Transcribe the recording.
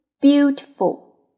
Beautiful